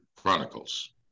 Chronicles